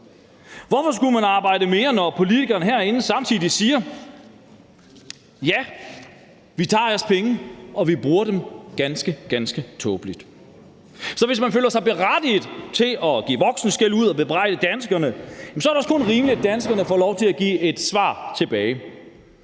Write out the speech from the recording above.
Hvorfor skulle man arbejde mere, når politikerne herinde samtidig siger, at ja, vi tager jeres penge, og vi bruger dem ganske, ganske tåbeligt? Så hvis man føler sig berettiget til at give voksenskældud og bebrejde danskerne, er det også kun rimeligt, at danskerne får lov til at give et svar tilbage,